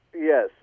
Yes